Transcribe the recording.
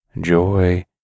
Joy